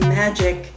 magic